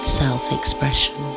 self-expression